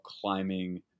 climbing